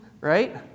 Right